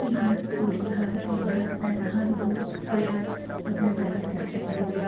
ਕਿ ਹਰ ਕੁੜੀ ਹਰ ਧੀ ਹਰ ਭੈਣ ਹਰ ਦੋਸਤ ਪੜ੍ਹੇ ਆਪਣੇ ਪੈਰਾਂ 'ਤੇ ਸਟੈਂਡ ਹੋਵੋ